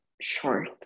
short